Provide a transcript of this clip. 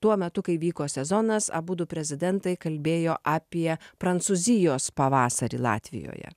tuo metu kai vyko sezonas abudu prezidentai kalbėjo apie prancūzijos pavasarį latvijoje